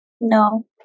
No